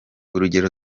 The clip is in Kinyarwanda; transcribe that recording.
urugero